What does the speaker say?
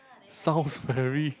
sounds very